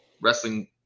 wrestling